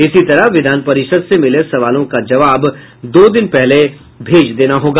इसी तरह विधान परिषद से मिले सवालों का जवाब दो दिन पहले भेज देना होगा